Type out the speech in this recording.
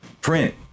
print